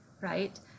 right